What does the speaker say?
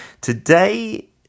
Today